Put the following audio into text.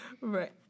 Right